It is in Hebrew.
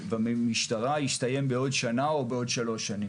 ובמשטרה יסתיים בעוד שנה או בעוד 3 שנים.